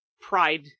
pride